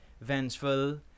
vengeful